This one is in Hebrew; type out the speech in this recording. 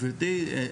גברתי.